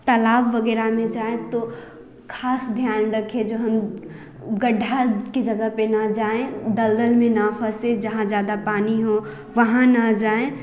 तालाब वगैरह में जाएँ तो खास ध्यान रखें जो हम गड्डा की जगह पर न जाए दलदल में न फंसे जहाँ ज़्यादा पानी हो वहाँ न जाए और